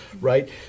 right